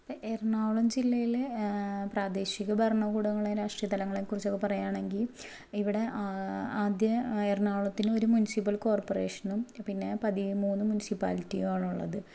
ഇപ്പം എറണാകുളം ജില്ലയിലെ പ്രാദേശിക ഭരണകൂടങ്ങളേം രാഷ്ട്രീയ തലങ്ങളേം കുറിച്ചൊക്കെ പറയാണങ്കിൽ ഇവിടെ ആദ്യം എറണാകുളത്തിന് ഒരു മുനിസിപ്പൽ കോർപ്പറേഷനും പിന്നെ പതിയെ മൂന്ന് മുനിസിപ്പാലിറ്റിയുവാണുള്ളത്